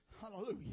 Hallelujah